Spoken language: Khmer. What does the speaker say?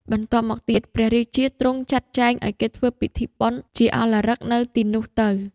បន្ទប់មកទៀតព្រះរាជាទ្រង់ចាត់ចែងឲ្យគេធ្វើពិធីបុណ្យជាឱឡារិកនៅទីនោះទៅ ។